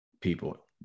people